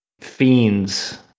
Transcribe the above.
fiends